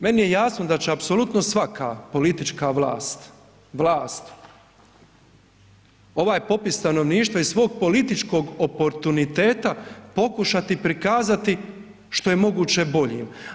Meni je jasno da će apsolutno svaka politička vlast, vlast ovaj popis stanovništva i svog političkog oportuniteta pokušati prikazati što je moguće boljim.